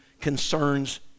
concerns